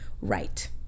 Right